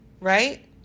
right